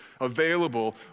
available